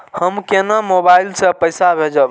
हम केना मोबाइल से पैसा भेजब?